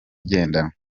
igendanwa